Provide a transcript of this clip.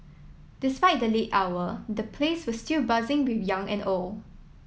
despite the late hour the place was still buzzing with young and old